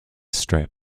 strip